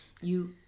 you-